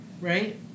Right